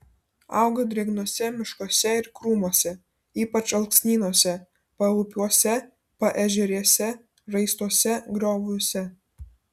auga drėgnuose miškuose ir krūmuose ypač alksnynuose paupiuose paežerėse raistuose grioviuose